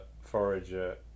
forager